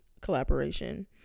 collaboration